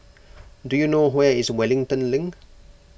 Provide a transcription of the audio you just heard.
do you know where is Wellington Link